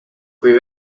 kui